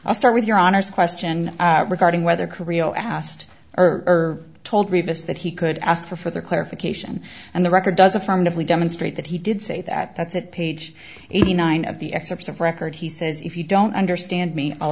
i'll start with your honor's question regarding whether career asked or told grievous that he could ask for further clarification and the record does affirmatively demonstrate that he did say that that's at page eighty nine of the excerpts of record he says if you don't understand me i'll